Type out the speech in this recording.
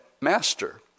master